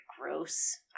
gross